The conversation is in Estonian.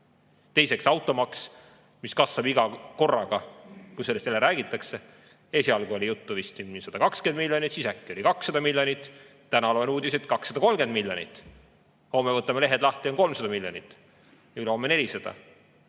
Teiseks, automaks, mis kasvab iga korraga, kui sellest jälle räägitakse. Esialgu oli juttu vist 120 miljonist, siis äkki oli 200 miljonit. Täna loen uudist, et 230 miljonit. Homme võtame lehed lahti, on 300 miljonit, ülehomme 400.